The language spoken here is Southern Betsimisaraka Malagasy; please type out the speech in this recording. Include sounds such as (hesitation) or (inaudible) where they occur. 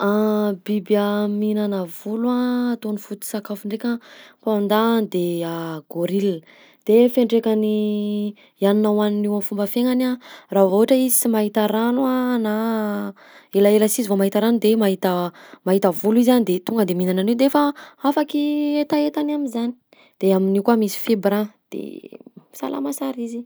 (hesitation) Biby (hesitation) mihinana volo a ataony foto-tsakafo ndraika: panda de (hesitation) gôrila, de fiantraikan'ny i hanina hohaniny io amy fomba fiaignany a: raha vao ohatra hoe izy sy mahita rano a na elaela si izy vao mahita rano de mahita mahita volo izy a de tonga de mihinana an'io de efa afaky hetahetany am'zany, de amin'io koa misy fibra de salama sara izy.